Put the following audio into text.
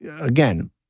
Again